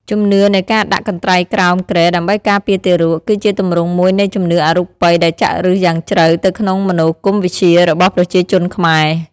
ជំនឿនៃការដាក់កន្ត្រៃក្រោមគ្រែដើម្បីការពារទារក គឺជាទម្រង់មួយនៃជំនឿអរូបិយដែលចាក់ឫសយ៉ាងជ្រៅទៅក្នុងមនោគមវិជ្ជារបស់ប្រជាជនខ្មែរ។